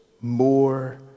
more